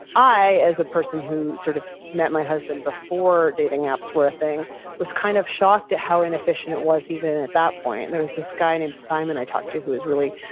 i as a person who sort of met my husband before dating apps were thing was kind of shocked at how inefficient it was even at that point. there was this guy named simon i talked to who is really,